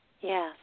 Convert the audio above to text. Yes